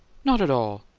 not at all.